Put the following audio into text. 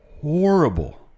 horrible